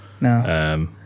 no